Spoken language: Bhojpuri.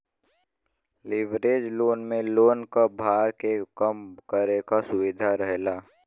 लिवरेज लोन में लोन क भार के कम करे क सुविधा रहेला